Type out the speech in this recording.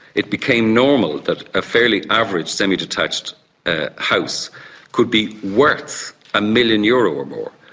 it became normal that a fairly average semi-detached ah house could be worth a million euro or more,